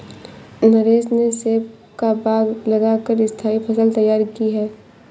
नरेश ने सेब का बाग लगा कर स्थाई फसल तैयार की है